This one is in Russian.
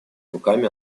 руками